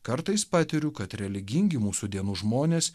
kartais patiriu kad religingi mūsų dienų žmonės